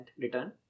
return